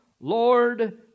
Lord